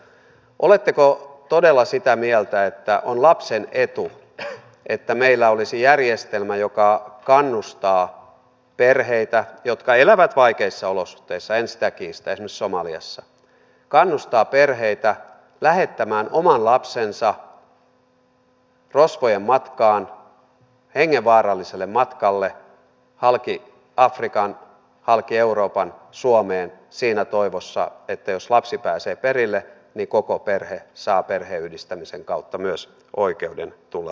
oletteko todella sitä mieltä että on lapsen etu että meillä olisi järjestelmä joka kannustaa perheitä jotka elävät vaikeissa olosuhteissa en sitä kiistä esimerkiksi somaliassa lähettämään oman lapsensa rosvojen matkaan hengenvaaralliselle matkalle halki afrikan halki euroopan suomeen siinä toivossa että jos lapsi pääsee perille niin koko perhe saa perheenyhdistämisen kautta myös oikeuden tulla suomeen